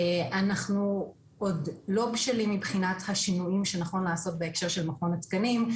אנחנו עוד לא בשלים מבחינת השינויים שנכון לעשות בהקשר של מכון התקנים.